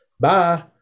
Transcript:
Bye